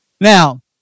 Now